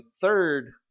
third